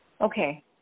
Okay